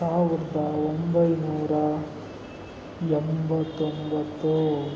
ಸಾವಿರದ ಒಂಬೈನೂರ ಎಂಬತ್ತೊಂಬತ್ತು